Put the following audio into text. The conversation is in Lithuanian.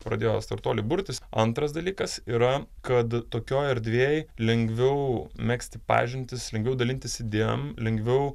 pradėjo startuoliai burtis antras dalykas yra kad tokioj erdvėj lengviau megzti pažintis lengviau dalintis idėjom lengviau